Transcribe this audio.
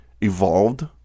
evolved